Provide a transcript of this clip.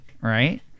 right